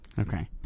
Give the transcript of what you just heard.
Okay